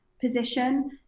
position